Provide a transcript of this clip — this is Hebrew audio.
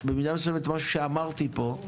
משהו שבמידה מסוימת אמרתי פה,